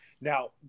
now